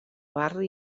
barri